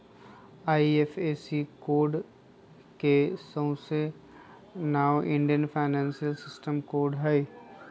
IFSC code के सऊसे नाओ इंडियन फाइनेंशियल सिस्टम कोड हई